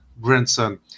grandson